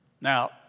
Now